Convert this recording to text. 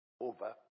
over